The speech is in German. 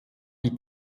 die